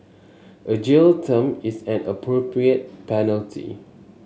a jail term is an appropriate penalty